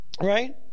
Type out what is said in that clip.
right